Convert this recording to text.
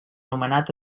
nomenat